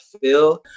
feel